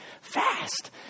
fast